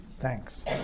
Thanks